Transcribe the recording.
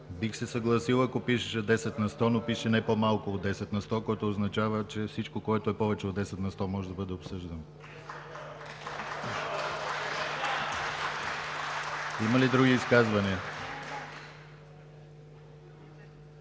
Бих се съгласил, ако пишеше 10 на сто, но пише „не по-малко от 10 на сто“, което означава, че всичко, което е повече от 10 на сто, може да бъде обсъждано. (Ръкопляскания